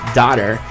daughter